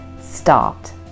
start